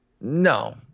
No